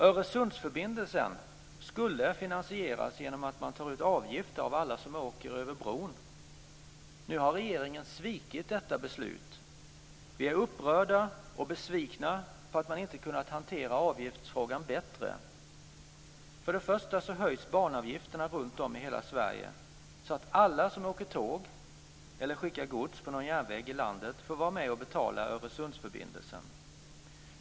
Öresundsförbindelsen skulle finansieras genom att man tar ut avgifter av alla som åker över bron. Nu har regeringen svikit detta beslut. Vi är upprörda och besvikna på att man inte kunnat hantera avgiftsfrågan bättre. Först höjs banavgifterna runtom i hela Sverige så att alla som åker tåg eller skickar gods på någon järnväg i landet får vara med och betala Öresundsförbindelsen.